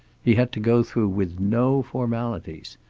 he had to go through with no formalities.